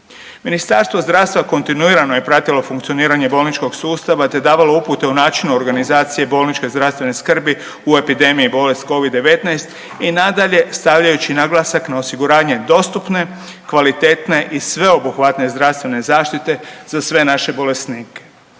Ministarstvo zdravstva kontinuirano je pratilo funkcioniranje bolničkog sustava te davalo upute o načinu organizacije bolničke zdravstvene skrbi u epidemije bolest Covid-19 i nadalje stavljajući naglasak na osiguranje dostupne, kvalitetne i sveobuhvatne zdravstvene zaštite za sve naše bolesnike.